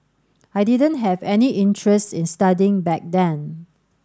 I didn't have any interest in studying back then